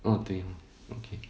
oh 对 okay